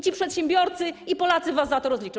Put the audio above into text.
Ci przedsiębiorcy, Polacy, was za to rozliczą.